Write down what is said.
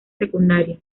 secundarias